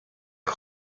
jak